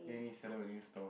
then you need set up a new store